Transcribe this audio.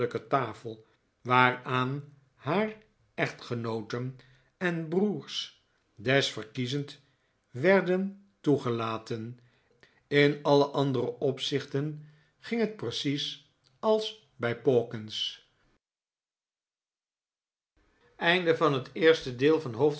tafel waaraan haar echtgenooten en broers desverkiezend werden toegelaten in alle andere opzichten ging het maarten chuzzlewit precies als bij pawkins